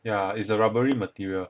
ya is a rubbery material